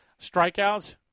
Strikeouts